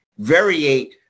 variate